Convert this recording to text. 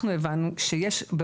את